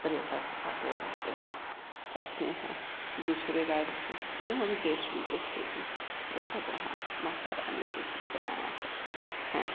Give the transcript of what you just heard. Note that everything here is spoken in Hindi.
पर्यटक आते रहते हैं अपने यहाँ दूसरे राज्य से एवं देश विदेश से भी पर्यटक वहाँ माता रानी के दर्शन आया करते हैं